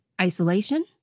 Isolation